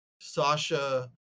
Sasha